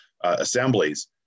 assemblies